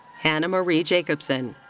hannah mary jacobsen.